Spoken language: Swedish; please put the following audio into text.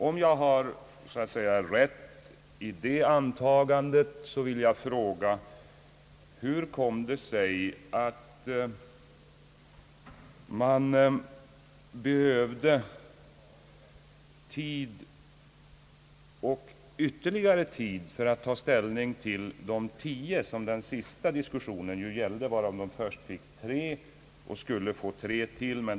Om jag har rätt i detta antagande, vill jag fråga: Hur kom det sig att man behövde ytterligare tid för att ta ställning till de 10 miljoner kronor som den sista diskussionen nu gällde? Härav hade bo laget fått 3 miljoner kronor och skulle sedan få ytterligare 3 miljoner kronor.